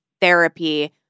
therapy